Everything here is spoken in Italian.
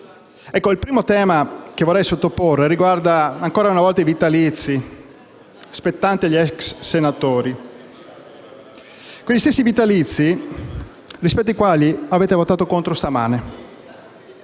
Il primo tema che vorrei sottoporre all'attenzione riguarda ancora una volta i vitalizi spettanti agli ex senatori. Sono quegli stessi vitalizi rispetto ai quali avete votato contro stamane,